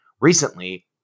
Recently